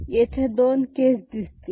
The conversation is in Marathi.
येथे दोन केस दिसतील